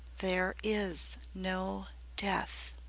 there is no death.